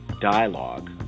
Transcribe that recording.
dialogue